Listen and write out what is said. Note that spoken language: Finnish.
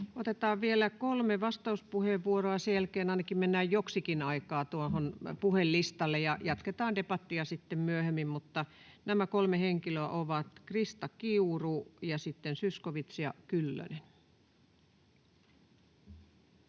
Otetaan vielä kolme vastauspuheenvuoroa, ja sen jälkeen mennään ainakin joksikin aikaa puhelistalle, ja jatketaan debattia sitten myöhemmin. — Nämä kolme henkilöä ovat Krista Kiuru, Zyskowicz ja Kyllönen.